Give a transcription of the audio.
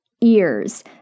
ears